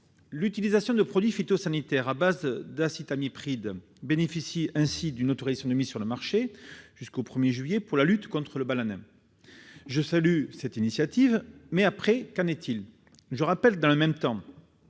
L'utilisation de produits phytopharmaceutiques à base d'acétamipride bénéficie ainsi d'une autorisation de mise sur le marché jusqu'au 1 juillet prochain, pour la lutte contre le balanin. Je salue cette initiative, mais qu'en sera-t-il après ? Je rappelle que, dans le même temps,